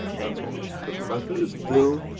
that's all it is, because matter is still,